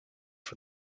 for